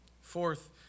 Fourth